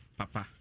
papa